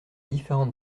différentes